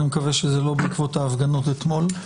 אני מקווה שזה לא בעקבות ההפגנות אתמול.